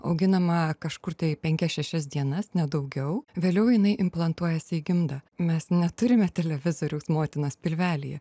auginama kažkur tai penkias šešias dienas ne daugiau vėliau jinai implantuojasi į gimdą mes neturime televizoriaus motinos pilvelyje